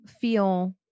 feel